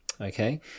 Okay